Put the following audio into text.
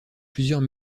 plusieurs